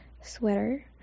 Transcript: sweater